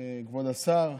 כבוד השר,